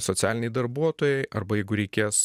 socialiniai darbuotojai arba jeigu reikės